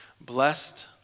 Blessed